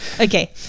Okay